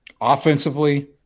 offensively